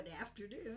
afternoon